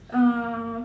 uh